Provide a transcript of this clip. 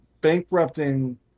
bankrupting